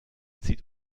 zieht